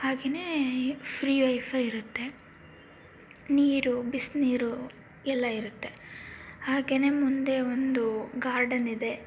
ಹಾಗೆಯೇ free wifi ಇರುತ್ತೆ ನೀರು ಬಿಸಿನೀರು ಎಲ್ಲ ಇರುತ್ತೆ ಹಾಗೆಯೇ ಮುಂದೆ ಒಂದು ಗಾರ್ಡನ್ ಇದೆ